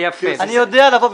מי במשרד